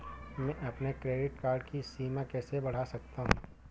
मैं अपने credit card की सीमा कैसे बढ़ा सकता हूँ?